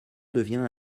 devient